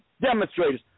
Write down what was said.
demonstrators